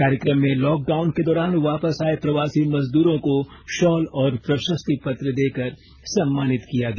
कार्यक्रम में लॉकडाउन के दौरान वापस आए प्रवासी मजदूरों को शॉल और प्रशस्ति पत्र देकर सम्मानित किया गया